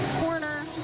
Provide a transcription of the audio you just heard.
corner